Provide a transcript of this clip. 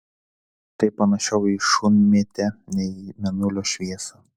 tai panašiau į šunmėtę nei į mėnulio šviesą